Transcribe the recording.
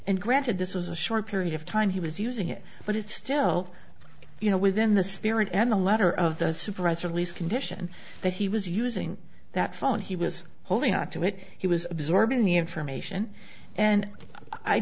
and granted this was a short period of time he was using it but it's still you know within the spirit and the letter of the supervisor at least condition that he was using that phone he was holding onto it he was absorbing the information and i